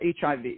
HIV